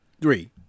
Three